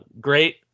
great